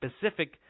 specific